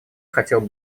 хотел